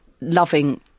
loving